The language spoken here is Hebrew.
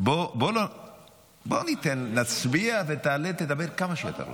בוא נצביע ותעלה ותדבר כמה שאתה רוצה.